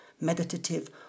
meditative